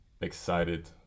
excited